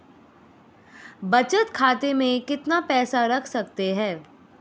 बचत खाते में कितना पैसा रख सकते हैं?